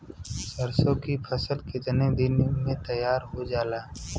सरसों की फसल कितने दिन में तैयार हो जाला?